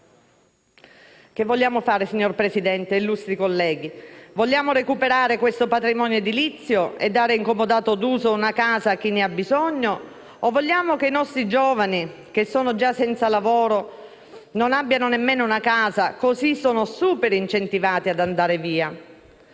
Cosa vogliamo fare, signor Presidente, illustri colleghi? Vogliamo recuperare questo patrimonio edilizio e dare in comodato d'uso una casa a chi ne ha bisogno o vogliamo che i nostri giovani, che già sono senza lavoro, non abbiano nemmeno una casa, cosi sono super incentivati ad andare via?